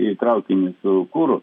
į traukinį kur